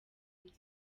bisa